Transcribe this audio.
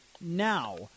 now